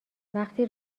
وقتی